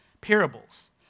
parables